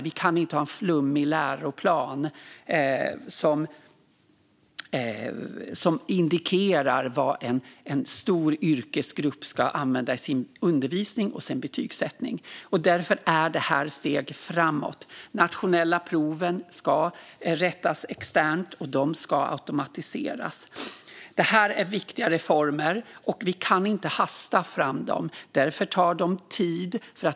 Vi kan inte ha en flummig läroplan som indikerar vad en stor yrkesgrupp ska använda i sin undervisning och betygsättning. Därför är det här steg framåt. De nationella proven ska rättas externt och ska automatiseras. Det här är viktiga reformer. Vi kan inte hasta fram dem. Därför tar de tid.